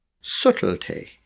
Subtlety